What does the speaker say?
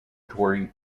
tory